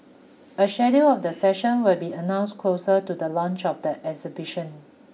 a schedule of the sessions will be announced closer to the launch of the exhibition